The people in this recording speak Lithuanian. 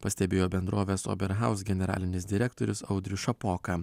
pastebėjo bendrovės ober haus generalinis direktorius audrius šapoka